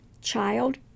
child